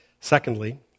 Secondly